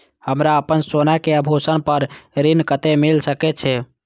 हमरा अपन सोना के आभूषण पर ऋण कते मिल सके छे?